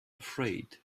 afraid